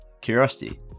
Curiosity